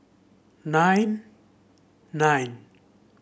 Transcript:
nine nine